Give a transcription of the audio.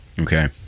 Okay